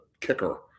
kicker